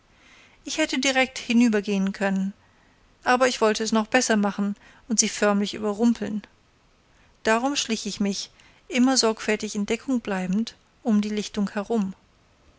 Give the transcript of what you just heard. ich hätte direkt hinübergehen können aber ich wollte es noch besser machen und sie förmlich überrumpeln darum schlich ich mich immer sorgfältig in deckung bleibend um die lichtung herum